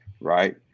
Right